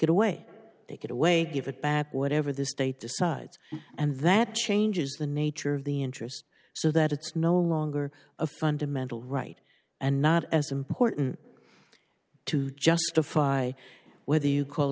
it away take it away give it back whatever the state decides and that changes the nature of the interest so that it's no longer a fundamental right and not as important to justify whether you call